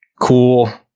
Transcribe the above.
cool,